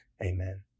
amen